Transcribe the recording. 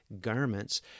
garments